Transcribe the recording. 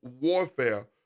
warfare